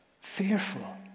fearful